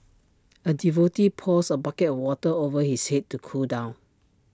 A devotee pours A bucket of water over his Head to cool down